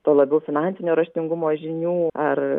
tuo labiau finansinio raštingumo žinių ar